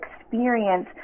experience